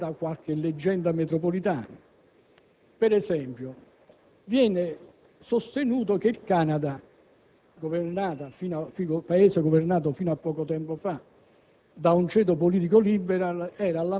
Va poi sfatata qualche leggenda metropolitana. Per esempio, qualcuno sostiene che il Canada, un Paese governato fino a poco tempo fa